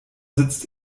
sitzt